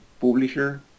publisher